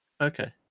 Okay